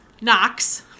knox